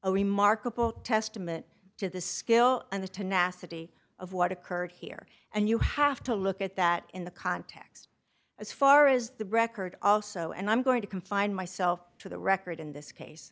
a remarkable testament to the skill and the tenacity of what occurred here and you have to look at that in the context as far as the record also and i'm going to confine myself to the record in this